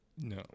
no